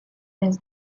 des